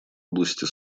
области